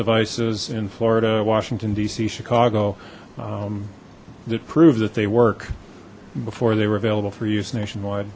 devices in florida washington dc chicago that proves that they work before they were available for use nationwide